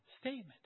statement